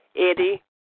Eddie